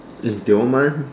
in Tioman